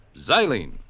xylene